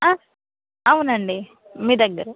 అవునండి మీ దగ్గరే